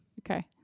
Okay